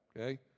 okay